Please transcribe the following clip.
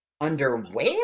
Underwear